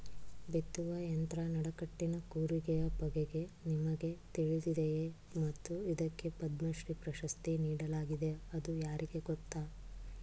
ಬಿತ್ತುವ ಯಂತ್ರ ನಡಕಟ್ಟಿನ ಕೂರಿಗೆಯ ಬಗೆಗೆ ನಿಮಗೆ ತಿಳಿದಿದೆಯೇ ಮತ್ತು ಇದಕ್ಕೆ ಪದ್ಮಶ್ರೀ ಪ್ರಶಸ್ತಿ ನೀಡಲಾಗಿದೆ ಅದು ಯಾರಿಗೆ ಗೊತ್ತ?